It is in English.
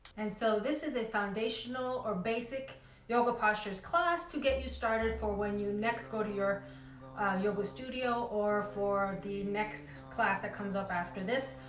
and so this is a foundational or basic yoga postures class to get you started for when you next go to your yoga studio or for the next class that comes up after this,